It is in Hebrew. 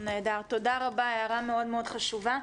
נהדר, תודה רבה, הערה מאוד מאוד חשובה.